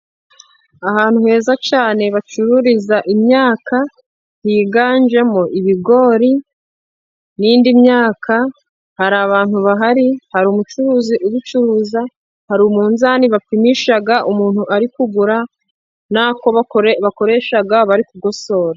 Ahantu heza cyane bacururiza imyaka yiganjemo ibigori n'indi myaka, hari abantu bahari, hari umucuruzi ubicuruza, hari umunzani bapimisha umuntu ari kugura, n'ako bakoresha bari kugosora.